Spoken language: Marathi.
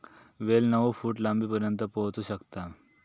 वेल नऊ फूट लांबीपर्यंत पोहोचू शकता